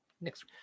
Next